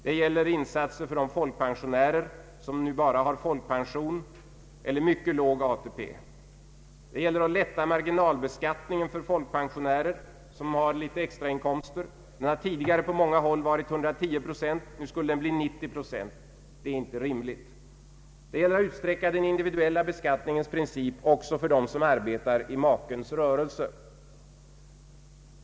Det gäller insatser för de folkpensionärer som endast har folkpension eller mycket låg ATP. Det gäller att lätta marginalbeskattningen för folkpensionärer, som har litet extrainkomster. Den har tidigare på många håll varit 110 procent. Nu skulle den bli 90 procent. Det är inte rimligt. Det gäller att utsträcka den individuella beskattningens princip också för den som arbetar i makens rörelse.